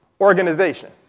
organization